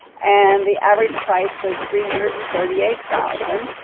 and the average price was three hundred and thirty eight thousand.